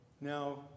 Now